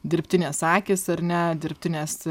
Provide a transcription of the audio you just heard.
dirbtinės akys ar ne dirbtinės